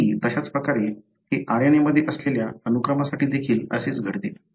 अगदी तशाच प्रकारे हे RNA मध्ये असलेल्या अनुक्रमासाठी देखील असेच घडते